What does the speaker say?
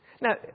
Now